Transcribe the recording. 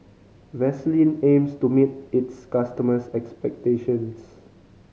Vaselin aims to meet its customers' expectations